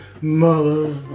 Mother